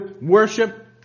Worship